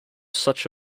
such